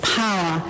power